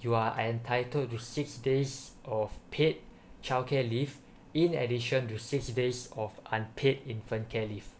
you are entitled to six days of paid childcare leave in addition to six days of unpaid infant care leave